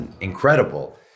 incredible